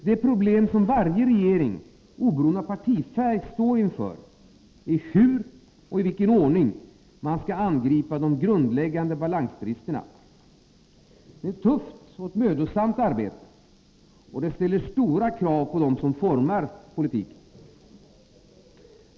Det problem som varje regering oberoende av partifärg står inför är hur och i vilken ordning man skall angripa de grundläggande balansbristerna. Det är ett tufft och mödosamt arbete, och det ställer stora krav på dem som formar politiken.